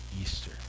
Easter